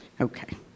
Okay